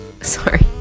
sorry